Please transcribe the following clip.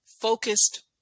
focused